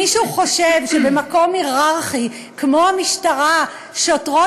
מישהו חושב שבמקום הייררכי כמו המשטרה שוטרות